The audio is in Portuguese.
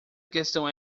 questão